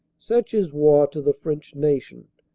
such is war to the french nation.